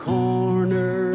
corner